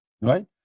right